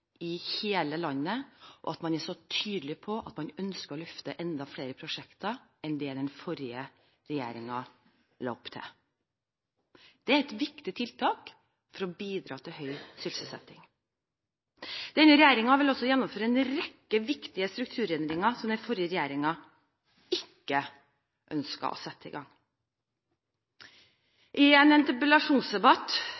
er så tydelig på at man ønsker å løfte enda flere prosjekter enn det den forrige regjeringen la opp til. Det er et viktig tiltak for å bidra til høy sysselsetting. Denne regjeringen vil også gjennomføre en rekke viktige strukturendringer som den forrige regjeringen ikke ønsket å sette i gang.